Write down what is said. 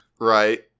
Right